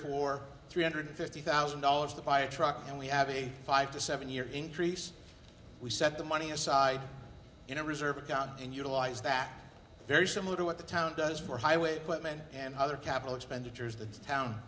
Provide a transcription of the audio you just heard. for three hundred fifty thousand dollars to buy a truck and we have a five to seven year increase we set the money aside in a reserve account and utilize back very similar to what the town does for highway footman and other capital expenditures the town